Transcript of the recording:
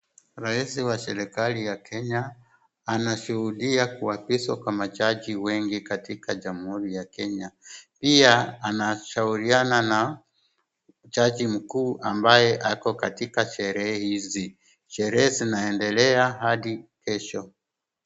Rais wa serikali ya Kenya anashuhudia kuapishwa kwa majaji wengi katika jamhuri ya Kenya. Pia anashauriana na jaji mkuu ambaye ako katika sherehe hizi. Sherehe zinaendelea adi kesho.